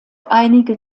einige